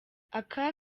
aka